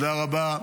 תודה רבה.